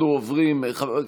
אפרופו עניינים חברתיים,